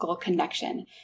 connection